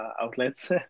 outlets